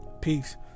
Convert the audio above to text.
Peace